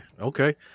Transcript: okay